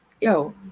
Yo